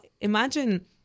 imagine